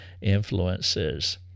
influences